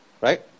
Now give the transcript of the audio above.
right